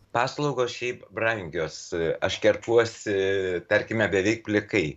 paslaugos šiaip brangios aš kerpuosi tarkime beveik plikai